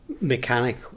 Mechanic